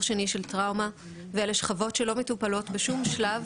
שני של טראומה ואלה שכבות שלא מטופלות בשום שלב